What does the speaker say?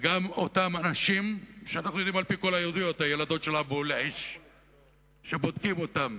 וגם אותם אנשים שאנחנו יודעים על-פי כל העדויות שבודקים אותן,